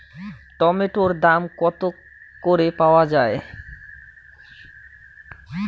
টমেটোর দাম কত করে পাওয়া যায়?